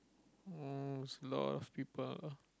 oh that's lot of people